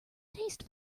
taste